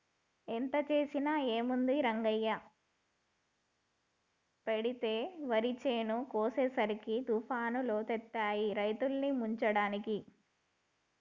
ఎంత చేసినా ఏముంది రంగయ్య పెతేడు వరి చేను కోసేసరికి తుఫానులొత్తాయి రైతుల్ని ముంచడానికి